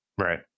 Right